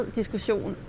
diskussion